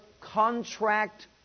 contract